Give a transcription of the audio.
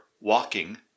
walking